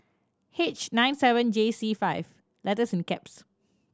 H nine seven J C five and